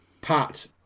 Pat